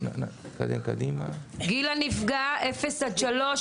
גיל הנפגע: 3-0,